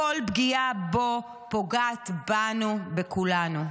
כל פגיעה בו פוגעת בנו, בכולנו.